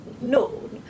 no